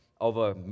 over